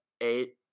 eight